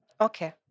Okay